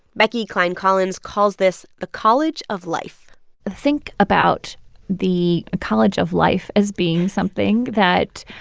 becky klein-collins calls this the college of life think about the college of life as being something that,